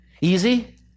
easy